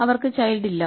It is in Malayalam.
അവർക്ക് ചൈൽഡ് ഇല്ല